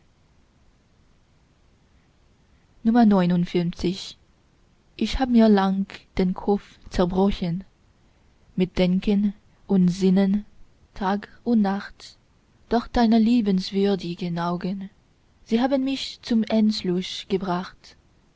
ich hab mir lang den kopf zerbrochen mit denken und sinnen tag und nacht doch deine liebenswürdigen augen sie haben mich zum entschluß gebracht